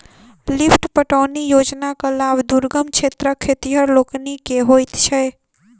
lift पटौनी योजनाक लाभ दुर्गम क्षेत्रक खेतिहर लोकनि के होइत छै